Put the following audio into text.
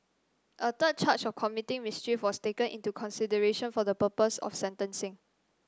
a third charge of committing mischief was taken into consideration for the purpose of sentencing